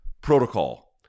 protocol